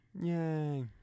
Yay